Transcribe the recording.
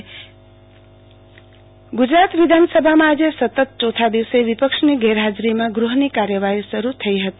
આરતી ભટ ગુજરાત વિધાનસભા ગુજરાત વિધાનસભામાં આજે સતત ચોથા દિવસ વિપક્ષની ગેરહાજરીમાં ગૃહની કાર્યવાહી શરૂ થઈ હતો